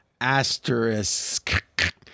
asterisk